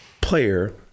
player